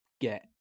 get